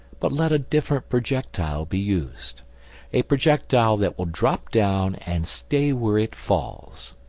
but let a different projectile be used a projectile that will drop down and stay where it falls.